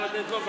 חוק דמי מחלה (היעדרות בשל מחלת ילד),